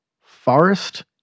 forest